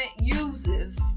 uses